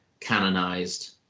canonized